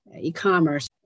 e-commerce